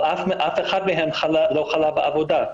אבל אף אחד מהם לא חלה בעבודה.